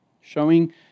Showing